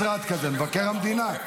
יש משרד כזה, מבקר המדינה.